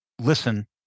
listen